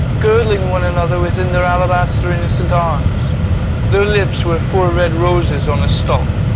girdling one another within their alabaster innocent arms their lips were four red roses on a stalk,